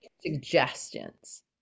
suggestions